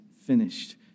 finished